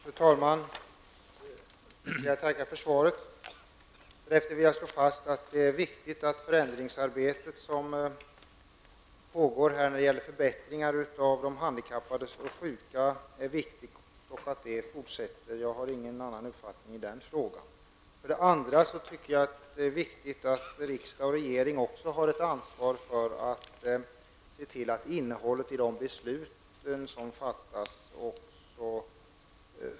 Fru talman! Jag tackar för svaret. Därefter vill jag slå fast att det är viktigt att det angelägna förändringsarbete som pågår när det gäller förbättringar för handikappade och sjuka fortsätter. Jag har ingen annan uppfattning i den frågan. Sedan är det viktigt att också regering och riksdag tar ett ansvar för att se till att intentionerna i de beslut som fattas följs.